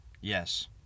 yes